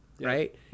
right